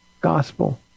gospel